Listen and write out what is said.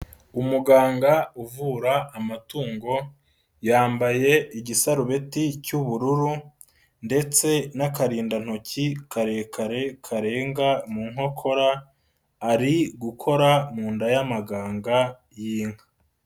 Umuganga uvura amatungo yambaye igisarubeti cy'ubururu ndetse n'akarindantoki karekare karenga mu nkokora, ari gukora mu nda y'amaganga y'inka.